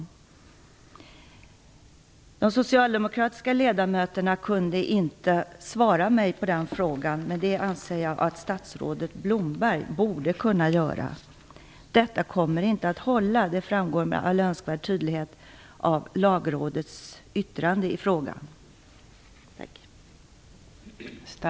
De socialdemokratiska ledamöterna kunde inte svara mig på den frågan, men det anser jag att statsrådet Blomberg borde kunna göra. Detta kommer inte att hålla. Det framgår med all önskvärd tydlighet av